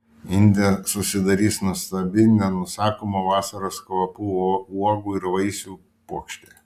inde susidarys nuostabi nenusakomo vasaros kvapų uogų ir vaisių puokštė